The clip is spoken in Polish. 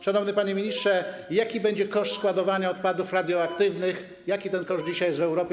Szanowny panie ministrze, jaki będzie koszt składowania odpadów radioaktywnych, jaki ten koszt dzisiaj jest w Europie?